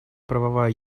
правовая